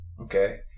okay